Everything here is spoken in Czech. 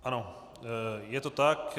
Ano, je to tak.